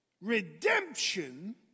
redemption